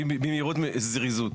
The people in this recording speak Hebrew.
במהירות ובזריזות.